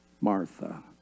Martha